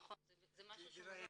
נכון, זה משהו מוזר.